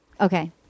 Okay